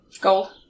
Gold